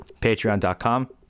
Patreon.com